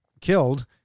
killed